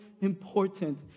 important